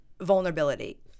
vulnerability